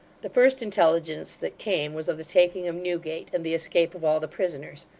the first intelligence that came, was of the taking of newgate, and the escape of all the prisoners,